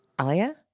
Alia